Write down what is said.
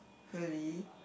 really